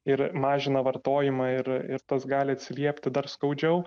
ir mažina vartojimą ir ir tas gali atsiliepti dar skaudžiau